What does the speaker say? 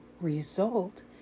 result